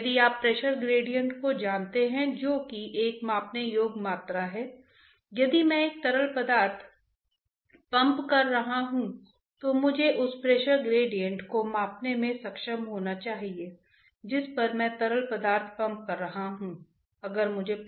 यदि आप shell balance को देखते हैं तो साइन स्वाभाविक रूप से गिर जाता है क्योंकि आपने शेल बैलेंस को लिखते समय संकेतों का हिसाब लगाया होगा